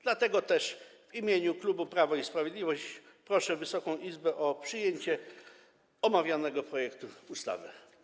Dlatego też w imieniu klubu Prawo i Sprawiedliwość proszę Wysoką Izbę o przyjęcie omawianego projektu ustawy.